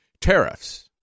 tariffs